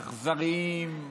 אכזריים,